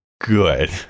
good